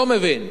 לא מבין.